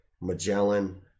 Magellan